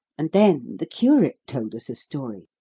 and then the curate told us a story.